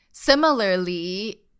Similarly